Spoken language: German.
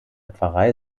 pfarrei